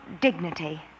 dignity